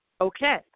okay